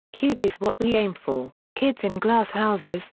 cute is what we aim for, kids in glass houses,